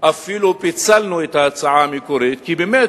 אפילו פיצלנו את ההצעה המקורית, כי באמת,